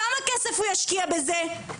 כמה כסף הוא ישקיע בזה?